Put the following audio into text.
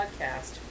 podcast